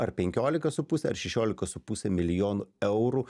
ar penkiolika su puse ar šešiolika su puse milijonų eurų